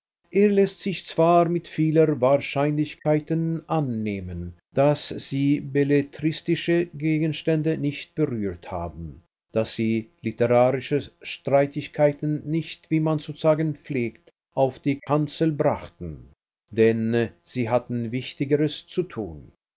es läßt sich zwar mit vieler wahrscheinlichkeit annehmen daß sie belletristische gegenstände nicht berührt haben daß sie literarische streitigkeiten nicht wie man zu sagen pflegt auf die kanzel brachten denn sie hatten wichtigeres zu tun